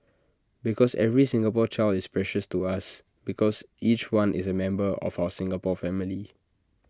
because every Singapore child is precious to us because each one is A member of our Singapore family